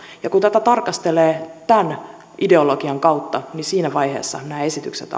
ja kun tätä tarkastelee tämän ideologian kautta niin siinä vaiheessa nämä esitykset